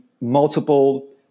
multiple